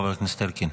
יוסף עטאונה,